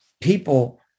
people